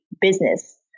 business